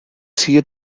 sigue